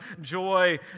joy